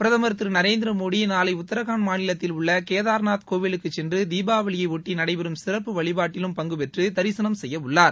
பிரதுமர் திரு நரேந்திர மோடி நாளை உத்தராகாண்ட் மாநிலத்தில் உள்ள கேதார்நாத் கோவிலுக்கு சென்று தீபாவளியையொட்டி நடைபெறும் சிறப்பு வழிபாட்டிலும் பங்குபெற்று தரிசனம் செய்ய உள்ளார்